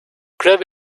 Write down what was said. club